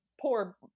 poor